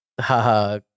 haha